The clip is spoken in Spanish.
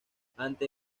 ante